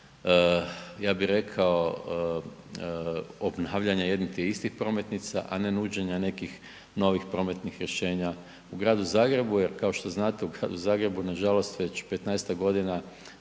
ja bih rekao obnavljanje jednih te istih prometnica, a ne nuđenje nekih novih prometnih rješenja. U gradu Zagrebu je kao što znate u gradu Zagrebu nažalost već petnaestak